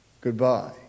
goodbye